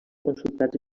consultats